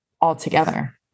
altogether